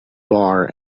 bar